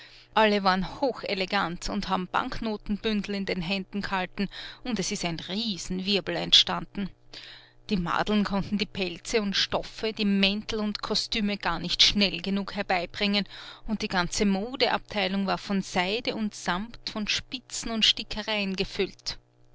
alle waren hochelegant und haben banknotenbündel in den händen gehalten und es ist ein riesenwirbel entstanden die madeln konnten die pelze und stoffe die mäntel und kostüme gar nicht schnell genug herbeibringen und die ganze modeabteilung war von seide und samt von spitzen und stickereien gefüllt